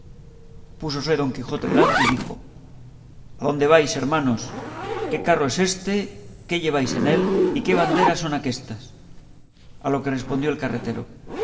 púsose don quijote delante y dijo adónde vais hermanos qué carro es éste qué lleváis en él y qué banderas son aquéstas a lo que respondió el carretero